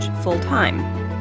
full-time